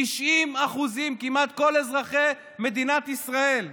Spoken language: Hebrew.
90%, כמעט כל אזרחי מדינת ישראל.